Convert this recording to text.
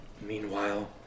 Meanwhile